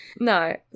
No